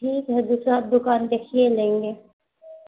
ٹھیک ہے دوسرا اور دوکان دیکھیے لیں گے